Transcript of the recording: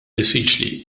diffiċli